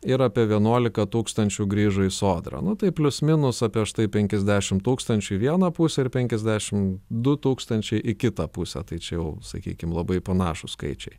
ir apie vienuolika tūkstančių grįžo į sodrą nu taip plius minus apie štai penkiasdešimt tūkstančių į vieną pusę ir penkiasdešim du tūkstančiai į kitą pusę tai čia jau sakykim labai panašūs skaičiai